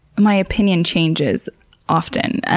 my opinion changes often.